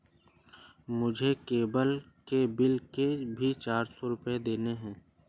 मुझे केबल के बिल के भी चार सौ रुपए देने हैं